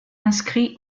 inscrit